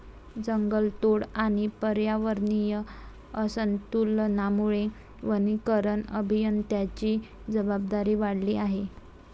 जंगलतोड आणि पर्यावरणीय असंतुलनामुळे वनीकरण अभियंत्यांची जबाबदारी वाढली आहे